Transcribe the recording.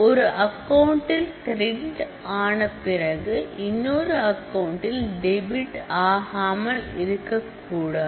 ஒரு அக்கவுண்டில் கிரெடிட் ஆன பிறகு இன்னொரு அக்கவுண்டில் டெபிட் ஆகாமல் இருக்கக்கூடாது